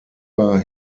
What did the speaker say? war